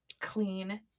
clean